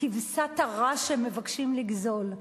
כבשת הרש שהם מבקשים לגזול.